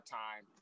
time